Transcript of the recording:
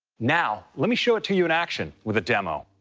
now let me show it to you in action with a demo.